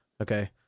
Okay